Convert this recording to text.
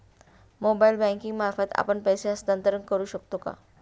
Mobile banking मार्फत आपण पैसे हस्तांतरण करू शकतो का?